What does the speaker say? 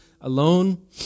alone